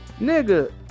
Nigga